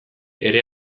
ere